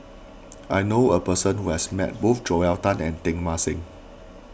I know a person who has met both Joel Tan and Teng Mah Seng